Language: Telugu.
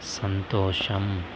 సంతోషం